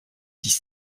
dix